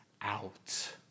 out